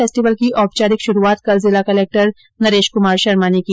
festival की औपचारिक शुरूआत कल जिला कलक्टर नरेश कुमार शर्मा ने की